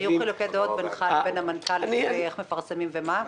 היו חילוקי דעות לבין המנכ"ל לגבי איך מפרסמים ומה?